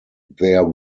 there